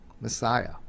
Messiah